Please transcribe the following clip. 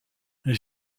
les